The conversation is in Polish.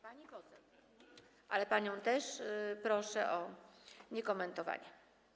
Pani poseł, ale panią też proszę o niekomentowanie.